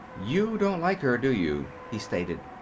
you don't like her, do you? he stated.